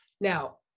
Now